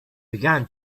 began